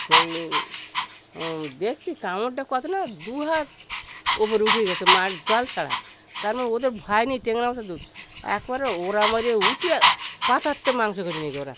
সেই দেখছি কামড়টা কত না দু হাত উপরে উঠে গিয়েছে মাছ জল ছাড়া তার মানে ওদের ভয় নেই টেংরা মাছে শুধু একবারে ওরা মেরে উঠে পাছার থেকে মাংস কেটে নিয়ে গিয়েছে